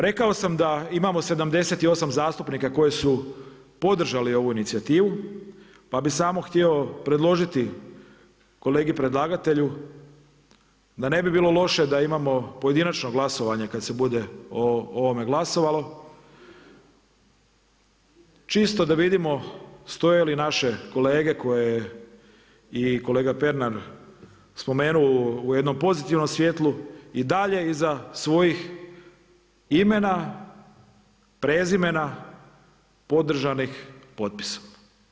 Rekao sam da imamo 78 zastupnika koji su podržali ovu inicijativu, pa bih samo htio predložiti kolegi predlagatelju da ne bi bilo loše da imamo pojedinačno glasovanje kada se bude o ovome glasovalo čisto da vidimo stoje li naše kolege koje i kolega Pernar spomenuo u jednom pozitivnom svijetlu i dalje iza svojih imena, prezimena podržanih potpisom.